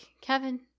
Kevin